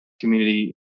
community